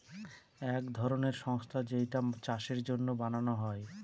এক ধরনের সংস্থা যেইটা চাষের জন্য বানানো হয়